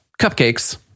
cupcakes